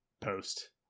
post